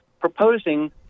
proposing